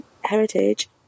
heritage